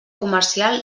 comercial